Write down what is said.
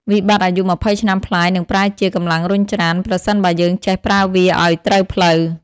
វិបត្តិអាយុ២០ឆ្នាំប្លាយនឹងប្រែជា "កម្លាំងរុញច្រាន" ប្រសិនបើយើងចេះប្រើវាឱ្យត្រូវផ្លូវ។